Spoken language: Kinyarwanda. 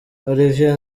olivier